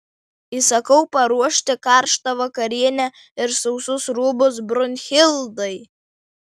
įsakau paruošti karštą vakarienę ir sausus rūbus brunhildai